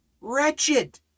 wretched